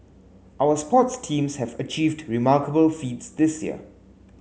our sports teams have achieved remarkable feats this year